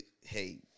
hey